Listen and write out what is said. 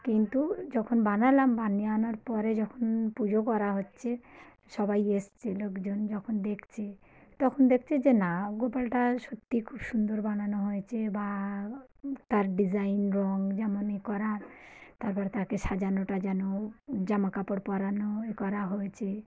কিন্তু যখন বানালাম বানিয়ে আনার পরে যখন পুজো করা হচ্ছে সবাই এসেছে লোকজন যখন দেখছে তখন দেখছে যে না গোপালটা সত্যি খুব সুন্দর বানানো হয়েছে বা তার ডিজাইন রঙ যেমন এ করা তারপর তাকে সাজানো টাজানো জামা কাপড় পরানো এ করা হয়েছে